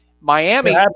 Miami